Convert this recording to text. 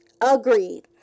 agreed